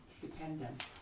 dependence